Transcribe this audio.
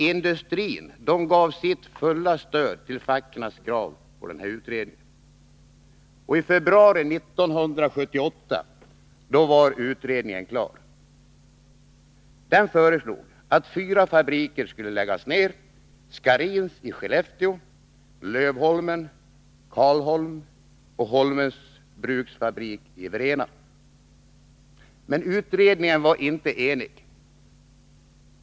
Industrin gav sitt fulla stöd till fackens krav på utredning. I februari 1978 var utredningen klar. Den föreslog att fyra fabriker skulle läggas ner: Scharins i Skellefteå, Lövholmen, Karlholm och Holmens Bruks fabrik i Vrena. Utredningen var emellertid inte enig.